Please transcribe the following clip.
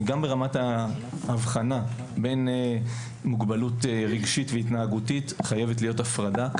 גם ברמת ההבחנה בין מוגבלות רגשית והתנהגותית חייבת להיות הפרדה.